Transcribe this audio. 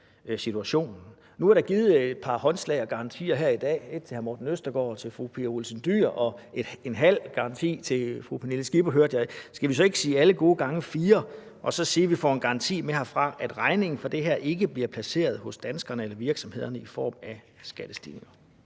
Nu er der blevet givet et par håndslag og garantier her i dag, et til hr. Morten Østergaard, et til fru Pia Olsen Dyhr og en halv garanti til fru Pernille Skipper, hørte jeg, så skal vi så ikke sige alle gode gange fire og sige, at vi får en garanti med herfra om, at regningen for det her ikke bliver placeret hos danskerne eller i virksomhederne i form af skattestigninger?